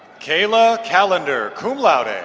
kayla callender, cum laude and